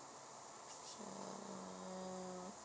for